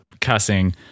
cussing